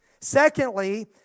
Secondly